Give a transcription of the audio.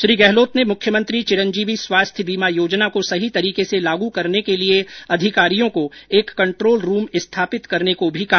श्री गहलोत ने मुख्यमंत्री चिरंजीवी स्वास्थ्य बीमा योजना को सही तरीके से लागू करने के लिए अधिकारियों को एक कंट्रोल रूम स्थापित करने को भी कहा